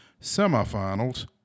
semifinals